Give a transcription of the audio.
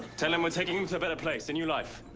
tell him we're taking him to a better place, a new life.